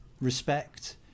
respect